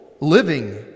living